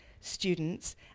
students